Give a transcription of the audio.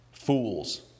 Fools